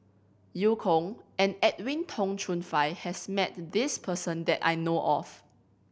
Eu Kong and Edwin Tong Chun Fai has met this person that I know of